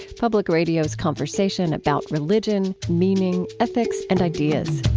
public radio's conversation about religion, meaning, ethics, and ideas.